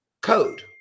Code